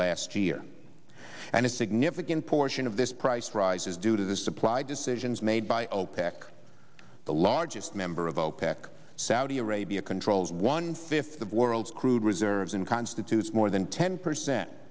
last year and a significant portion of this price rise is due to the supply decisions made by opec the largest member of opec saudi arabia controls one fifth of the world's crude reserves and constitutes more than ten percent